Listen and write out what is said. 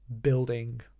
building